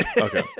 Okay